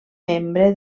membre